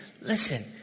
listen